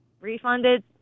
refunded